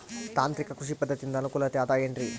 ತಾಂತ್ರಿಕ ಕೃಷಿ ಪದ್ಧತಿಯಿಂದ ಅನುಕೂಲತೆ ಅದ ಏನ್ರಿ?